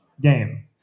game